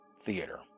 Theater